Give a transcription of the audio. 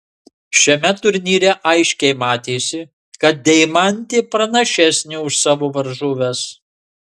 šiame turnyre aiškiai matėsi kad deimantė pranašesnė už savo varžoves